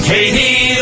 Katie